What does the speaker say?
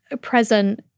present